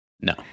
no